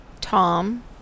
tom